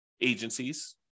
agencies